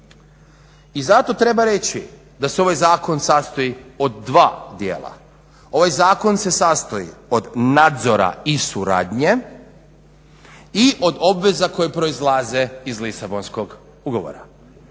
I zato treba reći da se ovaj zakon sastoji od dva dijela. Ovaj zakon se sastoji od nadzora i suradnje i od obveza koje proizlaze iz Lisabonskog ugovora.